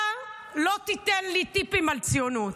אתה לא תיתן לי טיפים על ציונות,